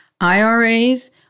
IRAs